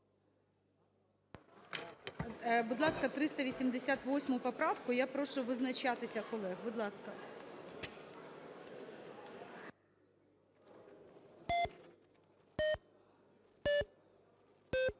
Будь ласка, 388 поправка, я прошу визначатися колег. Будь ласка.